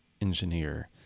engineer